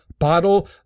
bottle